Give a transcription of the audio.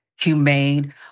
humane